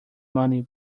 money